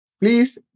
please